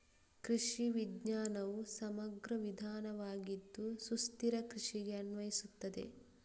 ಕೃಷಿ ವಿಜ್ಞಾನವು ಸಮಗ್ರ ವಿಧಾನವಾಗಿದ್ದು ಸುಸ್ಥಿರ ಕೃಷಿಗೆ ಅನ್ವಯಿಸುತ್ತದೆ